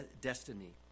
destiny